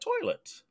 toilet